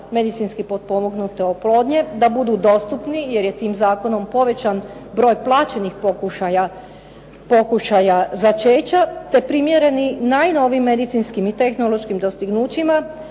medicinske potpomognute oplodnje. Da budu dostupni, jer je tim zakonom povećan broj plaćenih pokušaja začeća te primjereni najnoviji medicinskim i tehnološkim dostignućima